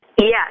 Yes